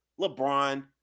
LeBron